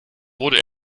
wurde